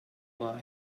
why